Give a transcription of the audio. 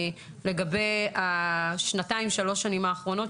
לגבי השנתיים-שלוש האחרונות.